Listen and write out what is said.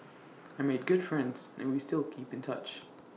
I made good friends and we still keep in touch